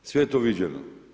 Sve je to viđeno.